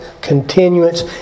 continuance